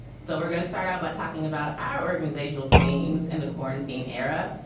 so we're going to start out by talking about our organizational schemes and the quarantine area.